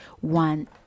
one